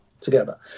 together